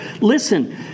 listen